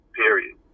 period